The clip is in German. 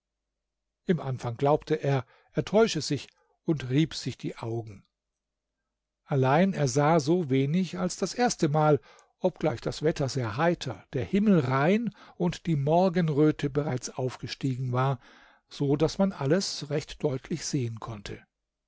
im anfang glaubte er er täusche sich und rieb sich die augen allein er sah so wenig als das erste mal obgleich das wetter sehr heiter der himmel rein und die morgenröte bereits aufgestiegen war so daß man alles recht deutlich sehen konnte